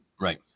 Right